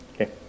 Okay